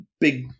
big